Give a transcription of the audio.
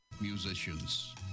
musicians